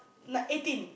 like eighteen